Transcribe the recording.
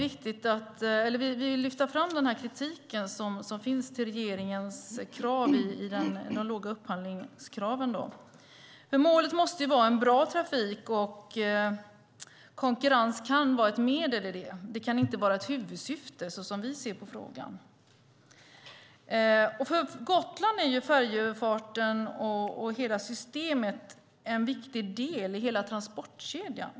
Vi vill lyfta fram den kritik som regeringen fått för de låga upphandlingskraven. Målet måste vara en bra trafik. Konkurrens kan vara ett medel i det men inte ett huvudsyfte, som vi ser det. För Gotland är färjeöverfarten och hela systemet en viktig del i hela transportkedjan.